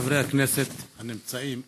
חברי הכנסת הנמצאים,